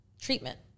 treatment